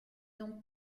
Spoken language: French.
donc